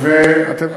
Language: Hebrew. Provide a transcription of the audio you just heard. בית-שאן מתי?